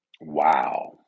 Wow